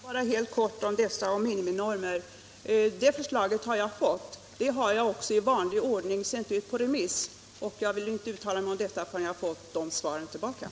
Herr talman! Förslaget om miniminormer har jag fått. Jag har också i vanlig ordning sänt ut det på remiss, och jag vill inte uttala mig om förslaget förrän jag fått in remissvaren.